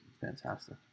fantastic